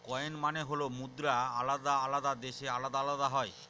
coin মানে হল মুদ্রা আলাদা আলাদা দেশে আলাদা আলাদা হয়